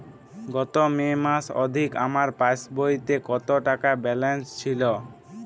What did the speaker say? গত মে মাস অবধি আমার পাসবইতে কত টাকা ব্যালেন্স ছিল?